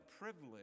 privilege